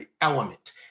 element